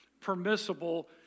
permissible